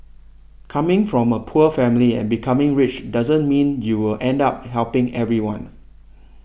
coming from a poor family and becoming rich doesn't mean you will end up helping everyone